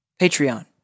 Patreon